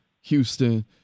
Houston